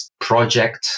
project